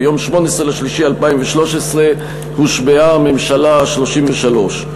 ביום 18 במרס 2013 הושבעה הממשלה ה-33.